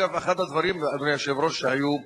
אגב, אחד הדברים, אדוני היושב-ראש, שהיו,